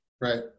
Right